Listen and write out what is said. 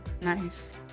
Nice